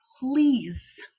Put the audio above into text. Please